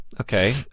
Okay